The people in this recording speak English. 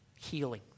healing